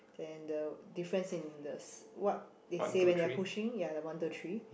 then the difference in the s~ what they say when they are pushing ya the one two three